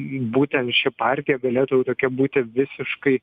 būtent ši partija galėtų tokia būti visiškai